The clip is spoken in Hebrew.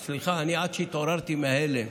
סליחה, עד שהתעוררתי מההלם,